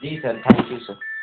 ji sir thank you sir